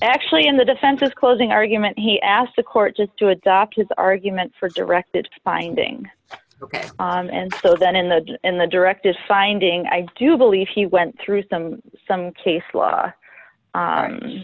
actually in the defense of closing argument he asked the court just to adopt his argument for directed binding and so then in the in the directive finding i do believe he went through some some case law